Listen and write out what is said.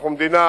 אנחנו מדינה